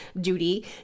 duty